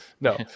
No